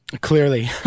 Clearly